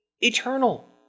eternal